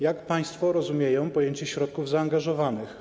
Jak państwo rozumieją pojęcie środków zaangażowanych?